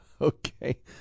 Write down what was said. Okay